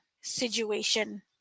situation